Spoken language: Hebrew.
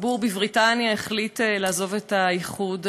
הציבור בבריטניה החליט לעזוב את האיחוד.